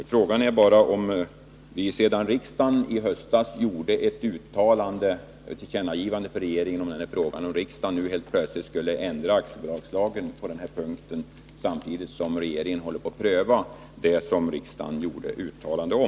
Frågan är bara om riksdagen efter att i höstas ha gjort ett tillkännagivande för regeringen nu helt plötsligt skall ändra aktiebolagslagen på den här punkten samtidigt som regeringen prövar det som riksdagen har gjort ett uttalande om.